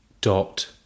dot